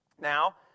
Now